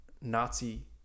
Nazi